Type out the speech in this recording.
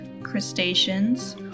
crustaceans